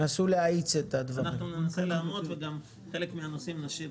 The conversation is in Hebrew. ננסה לעמוד בזמנים וגם בחלק מן הנושאים נשאיר